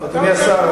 אדוני השר,